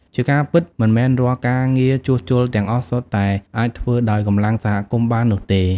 ជាការពិត មិនមែនរាល់ការងារជួសជុលទាំងអស់សុទ្ធតែអាចធ្វើដោយកម្លាំងសហគមន៍បាននោះទេ។